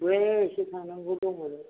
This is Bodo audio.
औहाय एसे थांनांगौ दंमोन